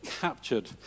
captured